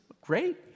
great